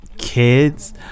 Kids